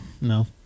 No